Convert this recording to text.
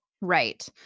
right